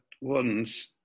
one's